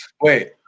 wait